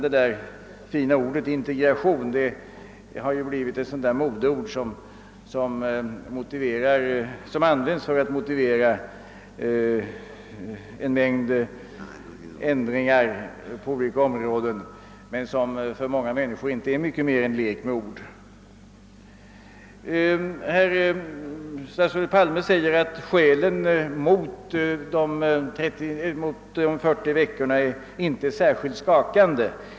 Det fina ordet integration har blivit ett modeord, som används för att definiera en mängd ändringar av olika slag men som för många människor inte är mycket mer än en lek med ord. Statsrådet Palme säger att skälen mot de 40 veckorna inte är så särskilt skakande.